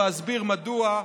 ואסביר מדוע,